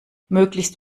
möglichst